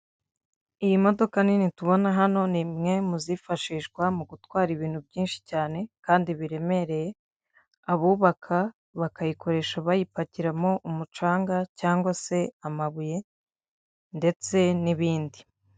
Iyi modoka nini tubona hano ni imwe muzifashishwa mu gutwara ibintu byinshi cyane kandi biremereye, abubaka bakayikoresha bayipatimo umucanga cyangwa se amabuye ndetse n'ibindi.